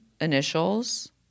initials